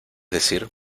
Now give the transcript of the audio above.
decir